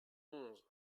onze